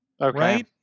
okay